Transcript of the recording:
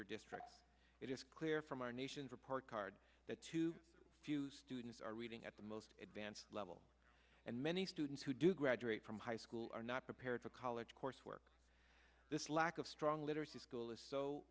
your districts it is there from our nation's report card that too few students are reading at the most advanced level and many students who do graduate from high school are not prepared for college coursework this lack of strong literacy school is so